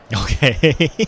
Okay